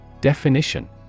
Definition